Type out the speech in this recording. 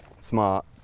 smart